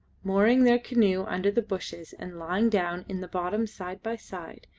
mooring their canoe under the bushes and lying down in the bottom side by side,